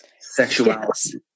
sexuality